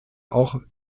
auch